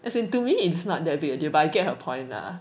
as in to me it's not that weird but I get her point lah